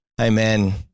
Amen